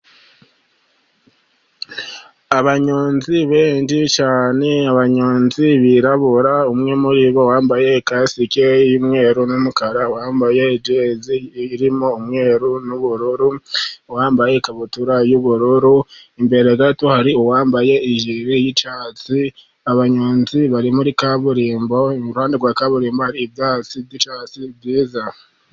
Abanyonzi benshi cyane, abanyonzi birabura, umwe muri bo wambaye ikasike y'umweru n'umukara, uwambaye irimo umweru n'ubururu, uwambaye ikabutura y'ubururu, imbere gato hari uwambaye ijire y'icyatsi, abanyonzi bari muri kaburimbo, iruhande rwa kaburimbo hari ibyatsi by'icyatsi byiza.